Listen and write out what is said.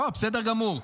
לא, בסדר גמור.